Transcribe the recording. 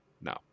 No